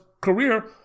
career